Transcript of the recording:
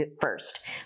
first